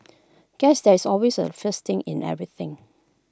guess there is always A first in everything